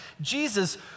Jesus